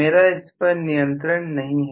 मेरा इस पर नियंत्रण नहीं है